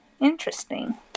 Interesting